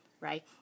Right